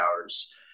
hours